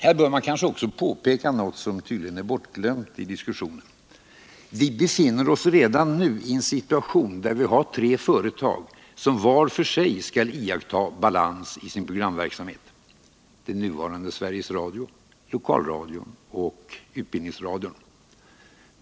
Här bör man kanske också påpeka något som tydligen är bortglömt i diskussionen: vi befinner oss redan nu i en situation där vi har tre företag som vart för sig skall iakttaga balans i sin programverksamhet — det nuvarande Sveriges Radio, lokalradion och utbildningsradion.